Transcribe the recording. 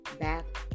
back